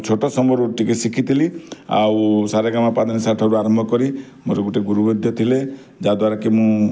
ଛୋଟ ସମୟରୁ ଟିକେ ଶିଖିଥିଲି ଆଉ ସାରେଗାମାପାଧାନିସା ଠାରୁ ଆରମ୍ଭ କରି ମୋର ଗୋଟେ ଗୁରୁ ମଧ୍ୟ ଥିଲେ ଯାହାଦ୍ୱାରା କି ମୁଁ